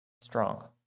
strong